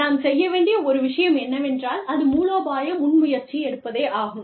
நாம் செய்ய வேண்டிய ஒரு விஷயம் என்னவென்றால் அது மூலோபாய முன்முயற்சி எடுப்பதே ஆகும்